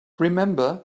remember